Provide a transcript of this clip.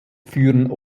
führen